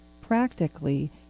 practically